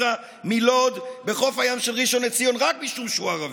שמאכילה את היד שנאבקת ונלחמת ויורה בה.